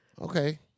Okay